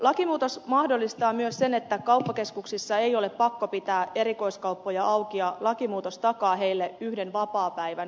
lakimuutos mahdollistaa myös sen että kauppakeskuksissa ei ole pakko pitää erikoiskauppoja auki ja lakimuutos takaa niille yhden vapaapäivän